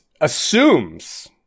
assumes